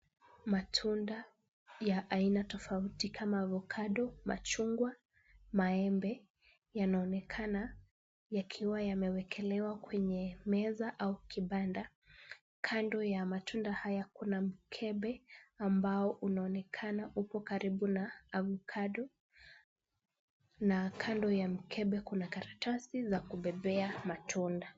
Matunda ya aina tofauti kama avokado, machungwa, maembe, yanaonekana yakiwa yamewekelewa kwenye meza au kibanda. Kando ya matunda haya kuna mkebe ambao unaonekana upon karibu na avokado, na kando ya mkebe kuna karatasi za kubebea matunda.